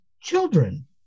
children